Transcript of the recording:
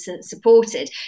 supported